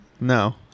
No